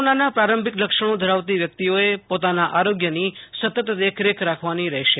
કોરોનાના પ્રારંભિક લક્ષણો ધરાવતી વ્યક્તિઓએ પોતાની આરોગ્યની સતત દેખરેખ રાખવાની રહેશે